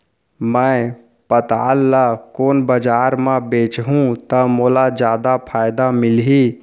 मैं पताल ल कोन बजार म बेचहुँ त मोला जादा फायदा मिलही?